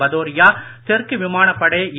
பதோரியா தெற்கு விமானப்படை ஏ